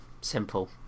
simple